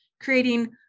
creating